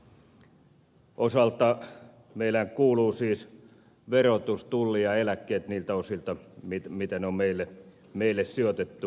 verojaoston osalta meillehän kuuluvat siis verotus tulli ja eläkkeet niiltä osilta miten ne on meille sijoitettu